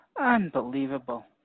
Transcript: Unbelievable